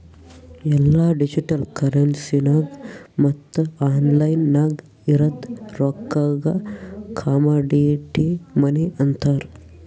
ಎಲ್ಲಾ ಡಿಜಿಟಲ್ ಕರೆನ್ಸಿಗ ಮತ್ತ ಆನ್ಲೈನ್ ನಾಗ್ ಇರದ್ ರೊಕ್ಕಾಗ ಕಮಾಡಿಟಿ ಮನಿ ಅಂತಾರ್